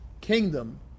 kingdom